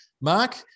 Mark